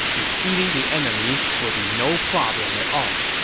defeating the enemy will be no problem at all.